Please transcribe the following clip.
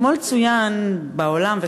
אתמול צוין בעולם,